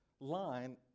line